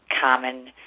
common